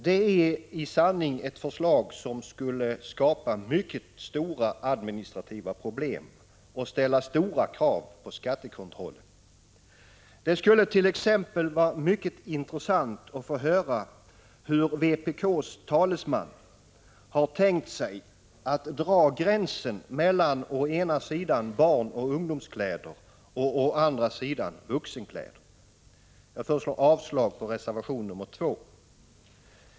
Det är i sanning ett förslag som skulle skapa mycket stora administrativa problem och ställa stora krav på skattekontrollen. Det skulle t.ex. vara mycket intressant att få höra hur vpk:s talesman har tänkt sig att dra gränsen mellan å ena sidan barnoch ungdomskläder och å andra sidan vuxenkläder. Jag föreslår avslag på reservation nr 2.